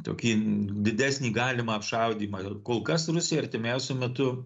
tokį didesnį galimą apšaudymą kol kas rusija artimiausiu metu